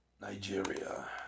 Nigeria